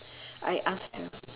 I ask you